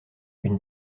une